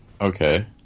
Okay